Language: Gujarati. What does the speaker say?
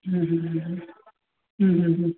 હં હં